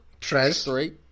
three